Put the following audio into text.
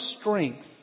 strength